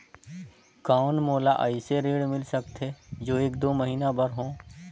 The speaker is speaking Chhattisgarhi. कौन मोला अइसे ऋण मिल सकथे जो एक दो महीना बर हो?